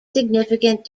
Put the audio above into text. significant